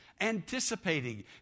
anticipating